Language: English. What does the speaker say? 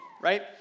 right